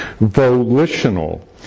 volitional